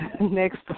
next